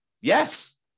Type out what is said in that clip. Yes